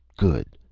good!